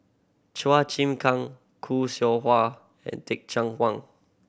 Chua Chim Kang Khoo Seow Hwa and Teh Cheang Wan